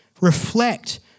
Reflect